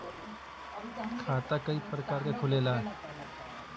खाता क प्रकार के खुलेला?